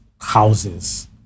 houses